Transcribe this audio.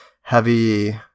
heavy